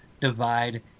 Divide